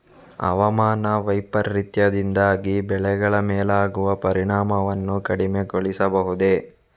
ಹವಾಮಾನ ವೈಪರೀತ್ಯದಿಂದಾಗಿ ಬೆಳೆಗಳ ಮೇಲಾಗುವ ಪರಿಣಾಮವನ್ನು ಕಡಿಮೆಗೊಳಿಸಬಹುದೇ?